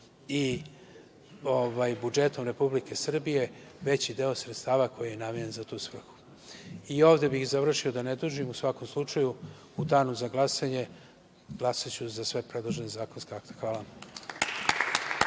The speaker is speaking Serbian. i budžetom Republike Srbije veći deo sredstava koji je namenjen za tu svrhu. Ovde bih završio, da ne dužim. U svakom slučaju, u danu za glasanje glasaću sa sva predložena zakonska akta. **Maja